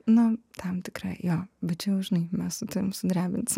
na tam tikra jo bet čia jau žinai mes su tavim drebins